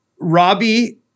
Robbie